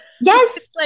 Yes